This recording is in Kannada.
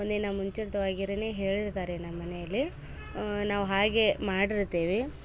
ಒಂದಿನ ಮುಂಚಿತವಾಗಿರನೇ ಹೇಳಿರ್ತಾರೆ ನಮ್ಮನೆಯಲ್ಲಿ ನಾವು ಹಾಗೆ ಮಾಡಿರ್ತೇವೆ